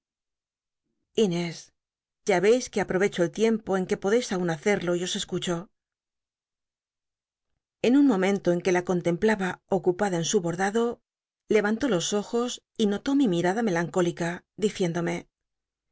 ya veis que aprovecho el tiempo en que podeis aun haccl'lo y os escucho en un momento eu que la contemplaba ocupa biblioteca nacional de españa da vid copperfield da en su borclado levantó los ojos y notó mi mirada melancólica diciéndome